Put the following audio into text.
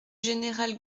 général